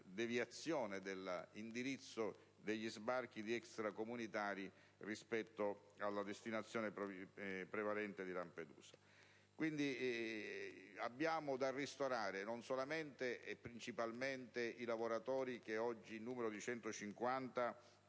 deviazione dell'indirizzo degli sbarchi di extracomunitari rispetto alla destinazione prevalente di Lampedusa. Abbiamo quindi da ristorare, non soltanto, e principalmente, i lavoratori, 150 dei quali oggi hanno